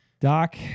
Doc